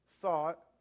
thought